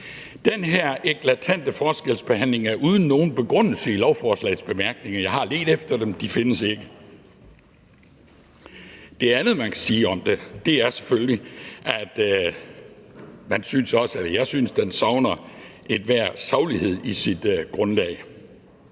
Den her eklatante forskelsbehandling er uden nogen begrundelse i lovforslagets bemærkninger. Jeg har ledt efter den – det findes ikke. Det andet, man kan sige om det, er selvfølgelig, at jeg synes, det savner enhver saglighed i sit grundlag.